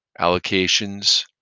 allocations